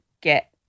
get